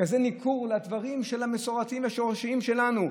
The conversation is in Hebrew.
כזה ניכור לדברים המסורתיים והשורשיים שלנו?